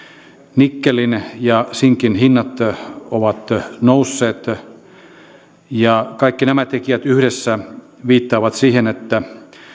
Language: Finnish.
nikkelin ja sinkin hinnat ovat nousseet kaikki nämä tekijät yhdessä viittaavat siihen että